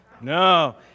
No